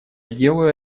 делаю